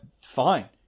Fine